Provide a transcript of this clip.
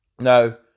Now